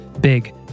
big